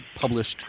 published